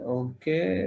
okay